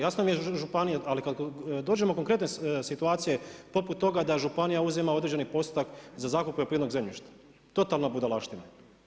Jasno mi je županije, ali kad dođemo konkretne situacije poput toga da županija uzima određeni postotak za zakup poljoprivrednog zemljišta totalna budalaština.